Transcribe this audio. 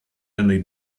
only